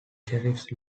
sheriff